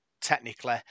technically